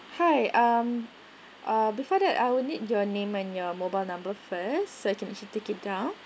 hi um uh before that I will need your name and your mobile number first so I can actually take it down